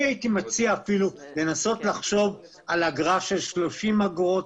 הייתי מציע לנסות לחשוב על אגרה של 30 אגורות,